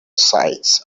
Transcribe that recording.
sides